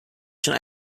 schon